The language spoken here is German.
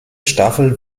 staffel